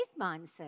mindset